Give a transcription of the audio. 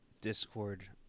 Discord